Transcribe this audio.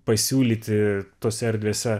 pasiūlyti tose erdvėse